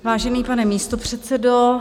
Vážený pane místopředsedo...